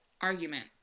argument